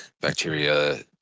bacteria